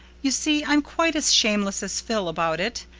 you see i'm quite as shameless as phil about it.